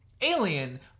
*Alien*